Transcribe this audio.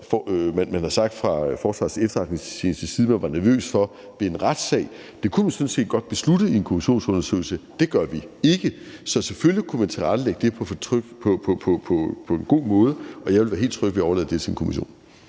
sådan som man fra Forsvarets Efterretningstjenestes side har sagt man var nervøs for ved en retssag. Det kunne man i forbindelse med en kommissionsundersøgelse sådan set godt beslutte at man ikke gør. Så selvfølgelig kunne man tilrettelægge det på en god måde, og jeg vil være helt tryg ved at overlade det til en kommission.